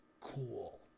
cool